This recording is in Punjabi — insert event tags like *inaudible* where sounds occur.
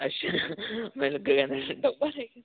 ਅੱਛਾ *unintelligible* ਡੱਬਾ